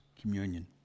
communion